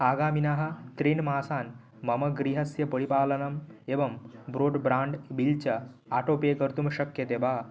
आगामिनः त्रीन् मासान् मम गृहस्य परिपालनम् एवं ब्रोड् ब्राण्ड् बिल् च आटो पे कर्तुं शक्यते वा